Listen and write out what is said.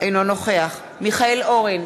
אינו נוכח מיכאל אורן,